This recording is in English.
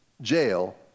jail